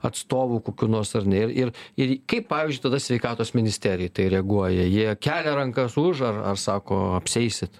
atstovų kokių nors ar ne ir ir ir kaip pavyzdžiui tada sveikatos ministerija į tai reaguoja jie kelia rankas už ar ar sako apsieisit